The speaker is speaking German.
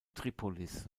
tripolis